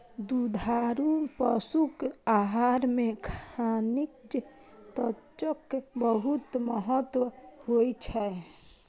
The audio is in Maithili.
दुधारू पशुक आहार मे खनिज तत्वक बहुत महत्व होइ छै